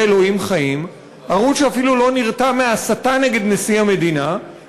אלוהים חיים"; ערוץ שאפילו לא נרתע מהסתה נגד נשיא המדינה,